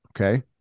okay